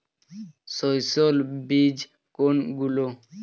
সস্যল বীজ কোনগুলো?